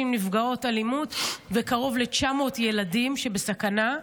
נפגעות אלימות וקרוב ל-900 ילדים שבסכנה.